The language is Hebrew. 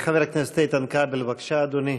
חבר הכנסת איתן כבל, בבקשה, אדוני.